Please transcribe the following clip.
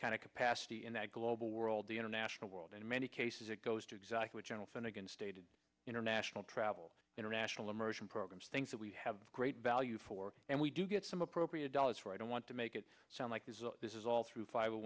of capacity in that global world the international world in many cases it goes to exactly general finnigan stated international travel international immersion programs things that we have great value for and we do get some appropriate dollars for i don't want to make it sound like this is all through five